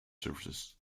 services